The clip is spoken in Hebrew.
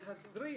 להזרים